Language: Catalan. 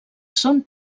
són